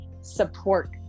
support